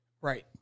right